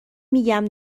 میگم